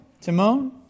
Timon